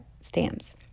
stamps